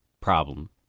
problem